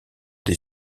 des